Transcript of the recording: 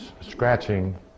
scratching